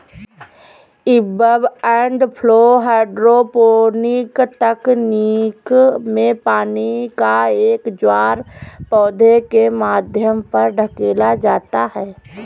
ebb and flow hydroponic तकनीक में पानी का एक ज्वार पौधे के माध्यम पर धकेला जाता है